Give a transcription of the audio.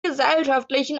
gesellschaftlichen